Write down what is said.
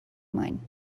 mine